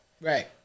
Right